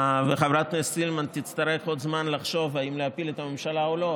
וחברת הכנסת סילמן תצטרך עוד זמן לחשוב אם להפיל את הממשלה או לא,